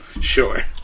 Sure